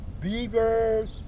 beavers